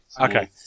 Okay